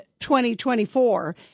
2024